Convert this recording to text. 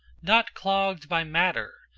not clogged by matter,